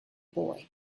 boy